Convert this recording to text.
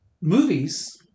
movies